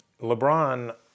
LeBron